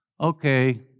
okay